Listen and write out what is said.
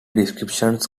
descriptions